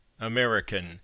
American